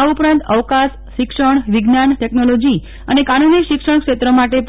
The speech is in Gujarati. આ ઉપરાંત અવકાશ શિક્ષણ વિજ્ઞાનટેકનોલોજી અને કાનુની શિક્ષણ ક્ષેત્ર માટે